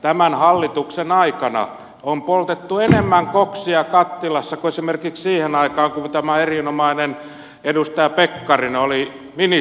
tämän hallituksen aikana on poltettu enemmän koksia kattilassa kuin esimerkiksi siihen aikaan kun tämä erinomainen edustaja pekkarinen oli ministerinä